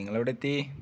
നിങ്ങൾ എവിടെ എത്തി